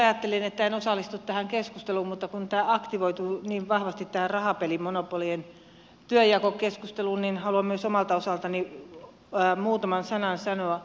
ajattelin että en osallistu tähän keskusteluun mutta kun tämä aktivoituu niin vahvasti tähän rahapelimonopolien työnjakokeskusteluun niin haluan myös omalta osaltani muutaman sanan sanoa